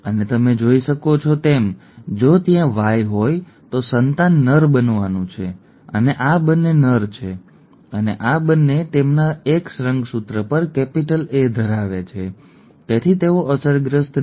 અને તમે જોઈ શકો છો તેમ જો ત્યાં Y હોય તો સંતાન નર બનવાનું છે આ બંને નર છે અને આ બંને તેમના X રંગસૂત્ર પર કેપિટલ A ધરાવે છે તેથી તેઓ અસરગ્રસ્ત નથી